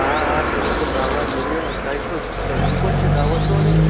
آ آ بِلکُل دَوا میلہِ تۄہہِ کُس یہِ کوٚت چھُ دوا سوزُن